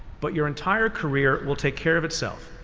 but your entire career, will take care of itself.